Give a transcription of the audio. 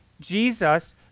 Jesus